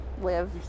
live